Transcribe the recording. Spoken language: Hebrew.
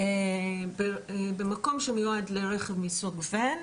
שחונים במקום שמיועד לרכב מסוג וואן.